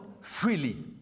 freely